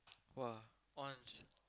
!woah! once